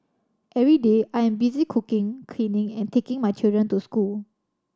every day I am busy cooking cleaning and taking my children to school